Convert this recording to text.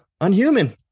Unhuman